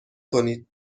کنید